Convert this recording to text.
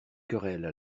querelles